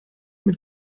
mit